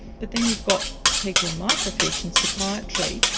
but then you've got people in my profession, psychiatry,